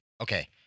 Okay